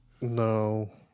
No